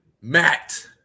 Matt